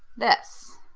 this.